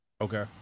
okay